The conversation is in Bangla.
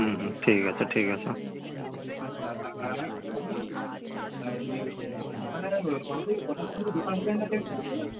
হুম হুম ঠিক আছে ঠিক আছে